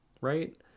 right